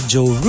Joe